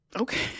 Okay